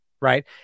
right